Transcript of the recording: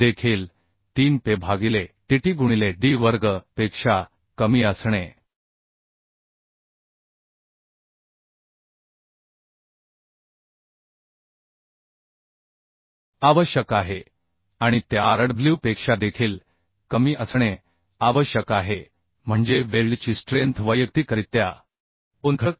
देखील 3 Pe भागिले Ttगुणिले D वर्ग पेक्षा कमी असणे आवश्यक आहे आणि ते Rw पेक्षा देखील कमी असणे आवश्यक आहे म्हणजे वेल्डची स्ट्रेंथ वैयक्तिकरित्या दोन्ही घटक Rw